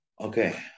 Okay